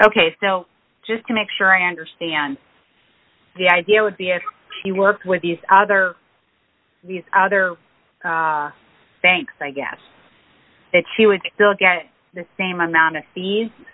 ok so just to make sure i understand the idea would be if she worked with these other these other banks i guess that she would still get the same amount of fees